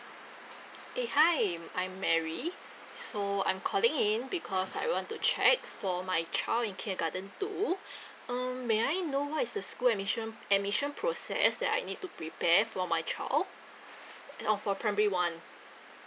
eh hi um I mary so I'm calling in because I want to check for my child in kindergarten two um may I know what is the school admission admission process that I need to prepare for my child mm oh for primary one